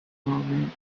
moment